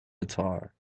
guitar